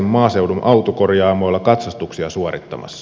maaseudun autokorjaamoilla katsastuksia suorittamassa